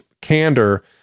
candor